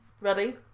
Ready